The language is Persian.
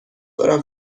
دارم